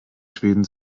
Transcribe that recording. schweden